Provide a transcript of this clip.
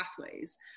pathways